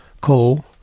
call